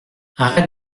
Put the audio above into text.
arrête